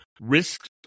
risks